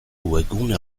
webgune